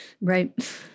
right